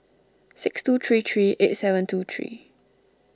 six two three three eight seven two three